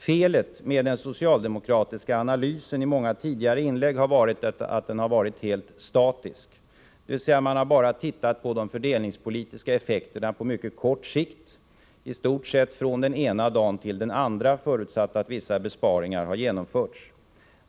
Felet med den socialdemokratiska analysen i många tidigare inlägg har varit att den är helt statisk, dvs. man har bara tittat på de fördelningspolitiska effekterna på mycket kort sikt, i stort sett från den ena dagen till den andra, förutsatt att vissa besparingar har genomförts.